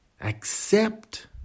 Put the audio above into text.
Accept